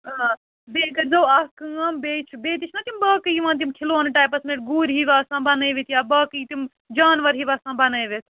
آ بیٚیہِ کٔرۍزیٚو اَکھ کٲم بیٚیہِ چھِ بیٚیہِ تہِ چھِنا تِم باقٕے یِوان تِم کھِلونہٕ ٹایپَس پٮ۪ٹھ گُرۍ ہِوۍ آسان بَنٲوِتھ یا باقٕے تِم جانوَر ہِوۍ آسان بَنٲوِتھ